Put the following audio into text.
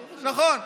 נכון.